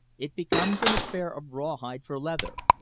it becomes an affair of rawhide for leather,